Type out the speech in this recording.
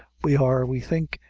we are, we think,